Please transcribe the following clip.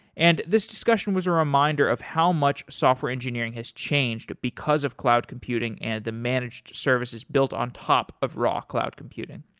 and this discussion was a reminder of how much software engineering has changed because of cloud computing and the managed services built on top of raw cloud computing